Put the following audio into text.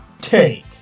take